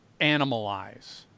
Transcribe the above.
Animalize